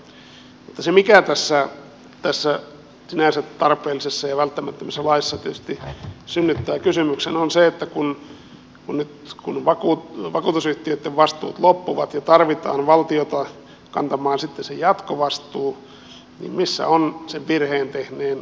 mutta se mikä tässä sinänsä tarpeellisessa ja välttämättömässä laissa tietysti synnyttää kysymyksen on se että kun vakuutusyhtiöitten vastuut loppuvat ja tarvitaan valtiota kantamaan se jatkovastuu niin missä on sen virheen tehneen lääkeyrityksen vastuu